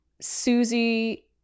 Susie